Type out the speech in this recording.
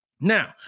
now